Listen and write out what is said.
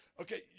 Okay